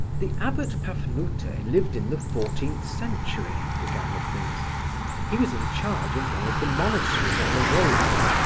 the abbot pafnute ah lived in the fourteenth century, began the prince he was in charge of one of the monasteries on the volga,